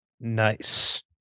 nice